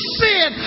sin